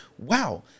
wow